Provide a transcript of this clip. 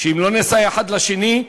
אם לא נסייע האחד לשני,